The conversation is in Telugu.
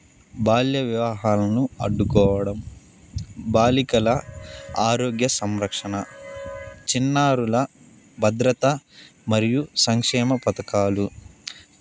బాల్య వివాహాలను అడ్డుకోవడం బాలికల ఆరోగ్య సంరక్షణ చిన్నారుల భద్రత మరియు సంక్షేమ పథకాలు